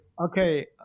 Okay